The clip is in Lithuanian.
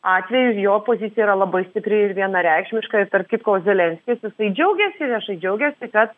atveju jo pozicija yra labai stipri ir vienareikšmiška ir tarp kitko zelenskis jisai džiaugiasi viešai džiaugiasi kad